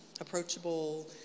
approachable